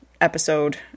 episode